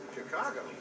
Chicago